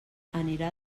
anirà